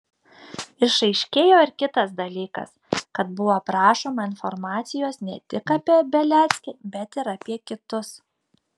išaiškėjo ir kitas dalykas kad buvo prašoma informacijos ne tik apie beliackį bet ir apie kitus